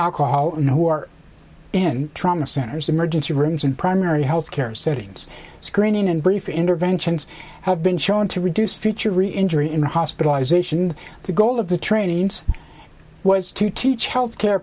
alcohol and who are in trauma centers emergency rooms and primary health care settings screening and brief interventions have been shown to reduce future reinjury in hospitalization the goal of the trainings was to teach health care